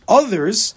others